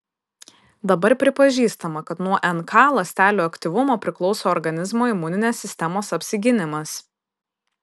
dabar pripažįstama kad nuo nk ląstelių aktyvumo priklauso organizmo imuninės sistemos apsigynimas